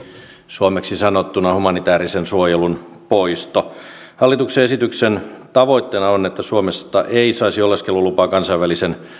suomeksi sanottuna humanitäärisen suojelun poisto hallituksen esityksen tavoitteena on että suomesta ei saisi oleskelulupaa kansainvälisen